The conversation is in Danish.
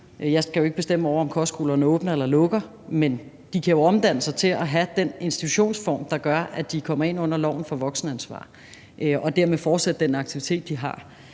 jeg skal jo ikke bestemme over, om kostskolerne åbner eller lukker – at de vil omdanne sig til at have den institutionsform, der gør, at de kommer ind under loven for voksenansvar – det kan de jo – og dermed kan fortsætte den aktivitet, de har.